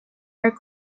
are